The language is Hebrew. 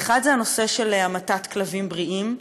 האחד זה הנושא של המתת כלבים בריאים.